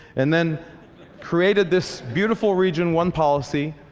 and then created this beautiful region one policy.